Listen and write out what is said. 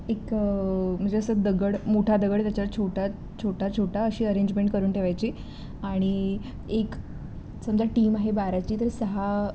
एक म्हणजे असं दगड मोठा दगड त्याच्यावर छोटा छोटा छोटा अशी अरेंजमेंट करून ठेवायची आणि एक समजा टीम आहे बाराची तर सहा